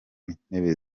intebe